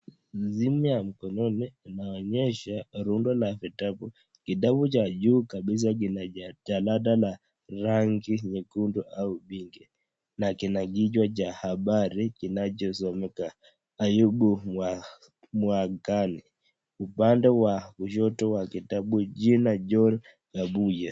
Msimu ya mkononi inaonesha rundo la vitabu . Vitabu cha juu kabisa kina jalanda la rangi nyekundu au pinki, na kiko na kichwa cha habari kinachosomeka Ayubu mwangani upande wa kushoto wa kitabu jina John Hebuwe.